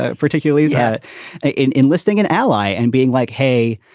ah particularly yeah ah in enlisting an ally and being like, hey,